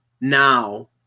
now